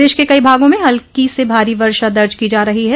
प्रदेश के कई भागो में हल्की स भारी वर्षा दर्ज की जा रही है